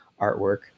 artwork